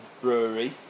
Brewery